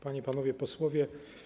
Panie, Panowie Posłowie!